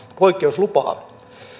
poikkeuslupaa